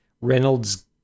Reynolds